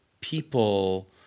people